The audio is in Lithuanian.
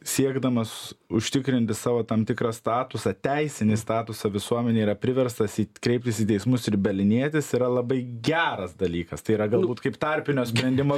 siekdamas užtikrinti savo tam tikrą statusą teisinį statusą visuomenėj yra priverstas į kreiptis į teismus ir bylinėtis yra labai geras dalykas tai yra galbūt kaip tarpinio sprendimo